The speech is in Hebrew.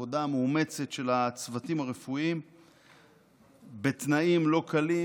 העבודה המאומצת של הצוותים הרפואיים בתנאים לא קלים,